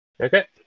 Okay